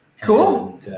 Cool